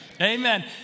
Amen